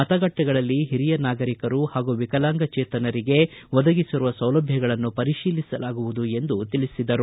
ಮತಗಟ್ಟೆಗಳಲ್ಲಿ ಓರಿಯ ನಾಗರಿಕರು ಹಾಗೂ ವಿಕಲಾಂಗಚೇತನರಿಗೆ ಒದಗಿಸಿರುವ ಸೌಲಭ್ಯಗಳನ್ನು ಪರಿಶೀಲಿಸಲಾಗುವುದು ಎಂದು ತಿಳಿಸಿದರು